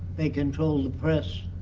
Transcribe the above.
they control the press,